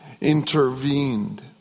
intervened